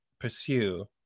pursue